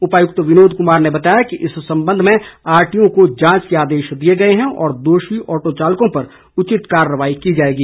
उपायुक्त विनोद कुमार ने बताया कि इस संबंध में आरटीओ को जांच के आदेश दिए गए हैं और दोषी ऑटो चालकों पर उचित कार्रवाई की जाएगी